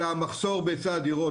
אלא המחסור בהיצע הדירות.